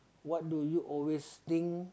what do you always think